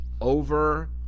over